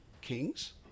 kings